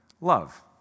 love